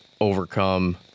overcome